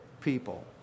people